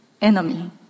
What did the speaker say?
enemy